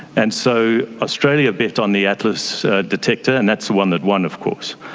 and so australia bet on the atlas detector, and that's the one that won of course.